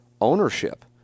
ownership